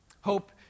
Hope